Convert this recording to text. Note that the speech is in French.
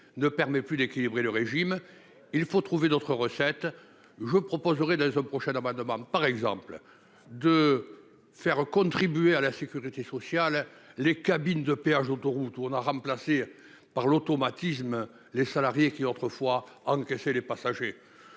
ne permet plus d'équilibrer le régime il faut trouver d'autres recettes. Je proposerai la semaine prochaine à ma demande par exemple de faire contribuer à la sécurité sociale, les cabines de péages autoroutes on a remplacé par l'automatisme. Les salariés qui autrefois en cacher les passagers,